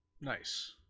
Nice